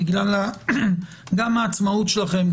גם בגלל העצמאות שלכם,